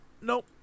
Nope